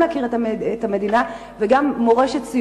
גם להכיר את המדינה וגם מורשת,